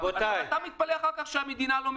ואתה מתפלא אחר כך שהמדינה לא מתנהלת.